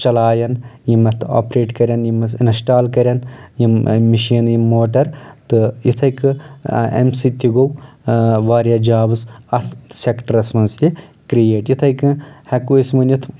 چلاون یِم اتھ آپریٹ کرن یِم اتھ انسٹال کرن یِم مشیٖنہٕ یِم موٹر تہٕ یتھٕے کٔنۍ امہِ سۭتۍ تہِ گوٚو واریاہ جابٕس اتھ سٮ۪کٹرس منٛز تہِ کرٛیٹ یِتہٕے کٔنۍ ہٮ۪کو أسۍ ؤنِتھ